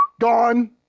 gone